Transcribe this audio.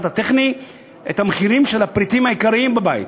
הטכני את המחירים של הפריטים העיקריים בבית,